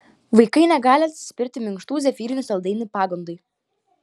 vaikai negali atsispirti minkštų zefyrinių saldainių pagundai